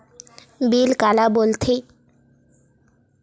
Bill काला बोल थे?